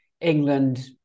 England